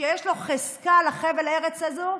שיש לו חזקה על חבל הארץ הזה,